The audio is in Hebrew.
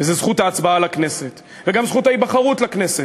וזה זכות ההצבעה לכנסת, וגם זכות ההיבחרות לכנסת.